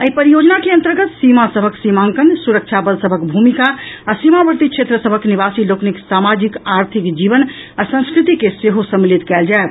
एहि परियोजना के अंतर्गत सीमा सभक सीमांकन सुरक्षा बल सभक भूमिका आ सीमावर्ती क्षेत्र सभक निवासी लोकनिक सामाजिक आर्थिक जीवन आ संस्कृति के सेहो सम्मिलित कयल जायत